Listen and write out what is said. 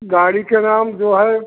गाड़ी के नाम जो है